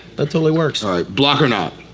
that totally works. alright, block or not?